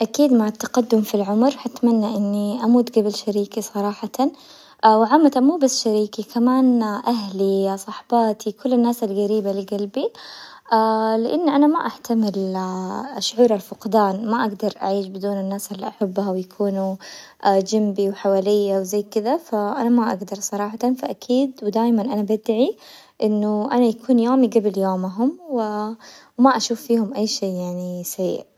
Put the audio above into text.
اكيد مع التقدم في العمر حتمنى اني اموت قبل شريكي صراحة، وعامة مو بس شريكي كمان اهلي، صاحباتي، كل الناس القريبة لقلبي، لاني انا ما احتمل اشعر الفقدان، ما اقدر اعيش بدون الناس اللي احبها، ويكونوا جنبي وحواليا وزي كذا، فانا ما اقدر صراحة، فاكيد ودايما انا بدعي انه انا يكون يومي قبل يومهم، وما اشوف فيهم اي شي يعني سيء.